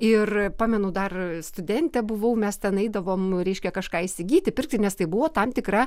ir pamenu dar studentė buvau mes ten eidavom reiškia kažką įsigyti pirkti nes tai buvo tam tikra